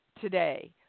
today